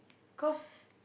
cause